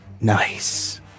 Nice